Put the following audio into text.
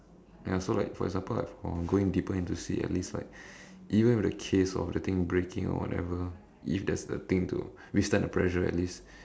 ya so like for example like for going deeper into sea at least like even if the case of breaking or whatever if there's the thing to withstand the pressure at least